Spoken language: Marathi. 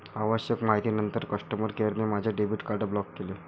आवश्यक माहितीनंतर कस्टमर केअरने माझे डेबिट कार्ड ब्लॉक केले